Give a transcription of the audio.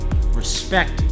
respect